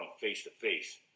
face-to-face